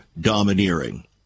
domineering